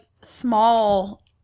small